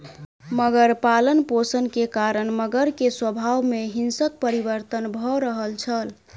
मगर पालनपोषण के कारण मगर के स्वभाव में हिंसक परिवर्तन भ रहल छल